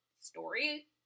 story